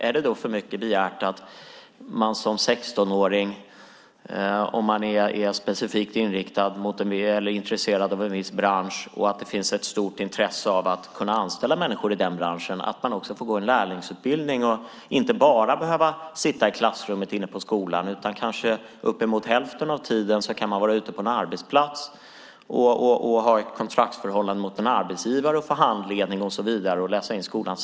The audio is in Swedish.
Är det då för mycket begärt att om man som 16-åring är specifikt intresserad av en bransch där det finns intresse av att anställa människor också får gå en lärlingsutbildning där man inte bara behöver sitta inne i klassrummet på skolan utan i stället kan vara ute på en arbetsplats uppemot hälften av tiden med ett kontraktsförhållande med en arbetsgivare och få handledning samtidigt som man läser in skolan?